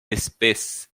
espèces